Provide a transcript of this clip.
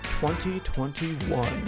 2021